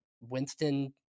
Winston